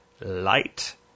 Light